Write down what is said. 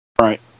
Right